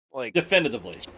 Definitively